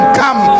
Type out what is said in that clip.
come